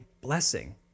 blessing